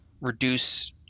reduce